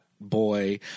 boy